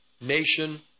nation